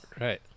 Right